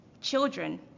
Children